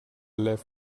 let